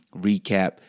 recap